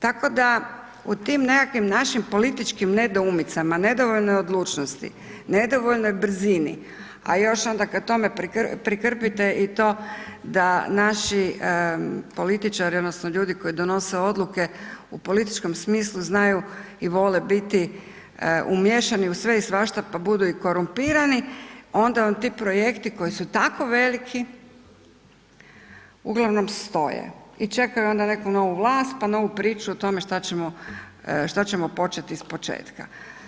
Tako da u tim nekakvim našim političkim nedoumicama, nedovoljnoj odlučnosti, nedovoljnoj brzini, a još onda k tome prikrpite i to da naši političari odnosno ljudi koji donose odluke u političkom smislu znaju i vole biti umiješani u sve i svašta pa budu i korumpirani, onda vam ti projekti koji su tako veliki uglavnom stoje i čekaju neku novu vlast, pa novu priču o tome šta ćemo početi iz početka.